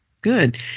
Good